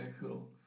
cool